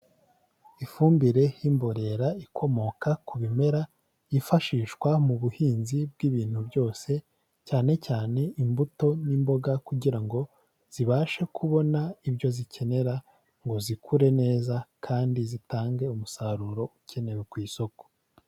Ifumbire y'imborera ikomoka ku bimera byifashishwa mu buhinzi bw'ibintu byose, cyane cyane imbuto n'imboga kugira ngo zibashe kubona ibyo zikenera ngo zikure neza kandi zitange umusaruro ukenewe ku isoko.